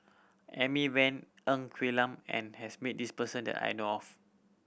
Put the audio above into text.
Amy Van Ng Quee Lam and has meet this person that I know of